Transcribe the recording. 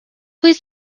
please